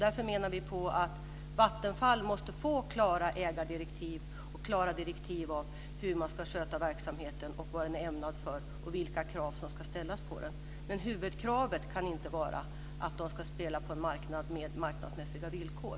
Därför anser vi att Vattenfall måste få klara ägardirektiv och klara direktiv om hur verksamheten ska skötas, vad den är ämnad för och vilka krav som ska ställas på Vattenfall. Men huvudkravet kan inte vara att Vattenfall ska agera på en marknad under marknadsmässiga villkor.